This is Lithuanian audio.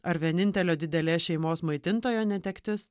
ar vienintelio didelės šeimos maitintojo netektis